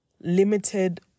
limited